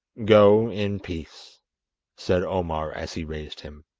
go in peace said omar as he raised him.